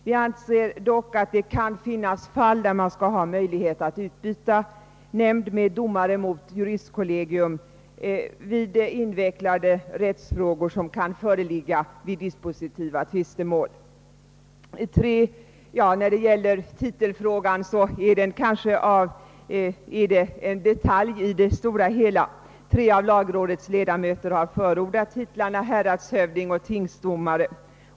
Vi anser dock att det kan finnas fall där man skall ha möjlighet att utbyta nämnd med domare mot juristkollegium, nämligen vid invecklade rättsfrågor som kan föreligga i dispositiva tvistemål. Jag övergår till att säga några ord om tingsrättsdomarnas titlar. Tre av lagrådets ledamöter har förordat titlarna häradshövding och tingsdomare.